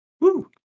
Woo